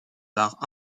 part